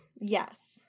yes